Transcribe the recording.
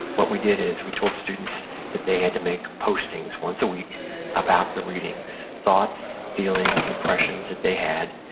what we did is we told students that they had to make postings once a week about the readings thoughts, feelings, impressions that they had,